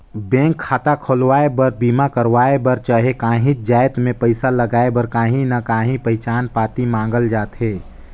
bank खाता खोलवाए बर, बीमा करवाए बर चहे काहींच जाएत में पइसा लगाए बर काहीं ना काहीं पहिचान पाती मांगल जाथे